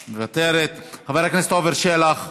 מוותרת, חבר הכנסת עפר שלח,